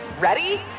Ready